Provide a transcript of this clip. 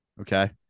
Okay